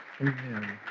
Amen